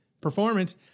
performance